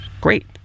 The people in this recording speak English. great